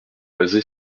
basée